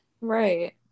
right